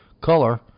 color